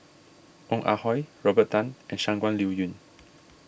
Ong Ah Hoi Robert Tan and Shangguan Liuyun